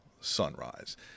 sunrise